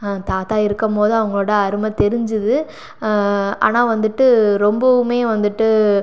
தாத்தா இருக்கும்போது அவங்களோட அருமை தெரிஞ்சுது ஆனால் வந்துட்டு ரொம்பவும் வந்துட்டு